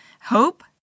hope